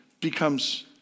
becomes